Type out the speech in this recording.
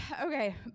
Okay